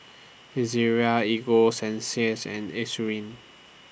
Ezerra Ego Sunsense and Eucerin